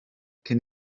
cyn